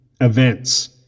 events